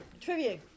trivia